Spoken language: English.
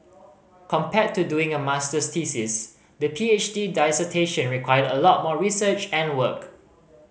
compared to doing a masters thesis the P H D dissertation required a lot more research and work